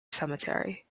cemetery